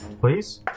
please